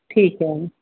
ਠੀਕ ਹੈ